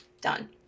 done